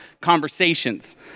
conversations